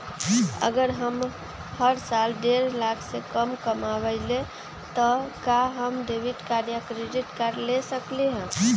अगर हम हर साल डेढ़ लाख से कम कमावईले त का हम डेबिट कार्ड या क्रेडिट कार्ड ले सकली ह?